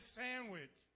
sandwich